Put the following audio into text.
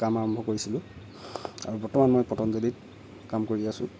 কাম আৰম্ভ কৰিছিলোঁ আৰু বৰ্তমান মই পতঞ্জলিত কাম কৰি আছোঁ